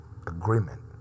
agreement